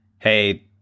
hey